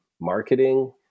marketing